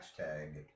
Hashtag